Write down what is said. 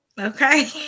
okay